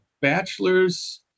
bachelor's